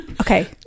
okay